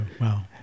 wow